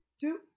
two